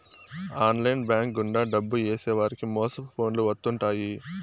online bank గుండా డబ్బు ఏసేవారికి మోసపు ఫోన్లు వత్తుంటాయి